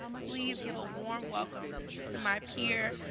please, give a warm welcome to my peer,